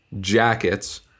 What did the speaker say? jackets